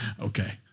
Okay